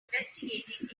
investigating